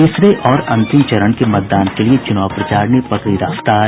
तीसरे और अंतिम चरण के मतदान के लिये चूनाव प्रचार ने पकड़ी रफ्तार